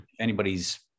anybody's